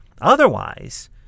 Otherwise